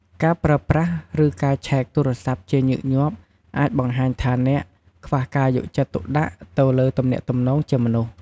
ការប្រើប្រាស់ ឬការឆែកទូរស័ព្ទជាញឹកញាប់អាចបង្ហាញថាអ្នក ខ្វះការយកចិត្តទុកដាក់ទៅលើទំនាក់ទំនងជាមនុស្ស។